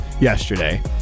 yesterday